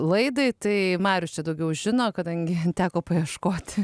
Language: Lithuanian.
laidai tai marius čia daugiau žino kadangi teko paieškoti